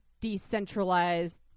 decentralized